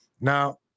Now